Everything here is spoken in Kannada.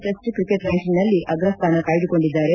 ಟೆಸ್ಟ್ ಕ್ರಿಕೆಟ್ ರ್ವಾಂಕಿಂಗ್ನಲ್ಲಿ ಅಗ್ರಸ್ಟಾನ ಕಾಯ್ದುಕೊಂಡಿದ್ದಾರೆ